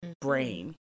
brain